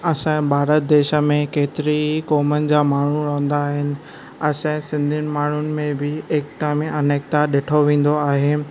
असां जे भारत देश में केतिरी क़ौमुनि जा माण्हूं रहंदा आहिनि असां जे सिंधीयुनि माण्हुनि में बि एकता में अनेकता ॾिठो वेंदो आहे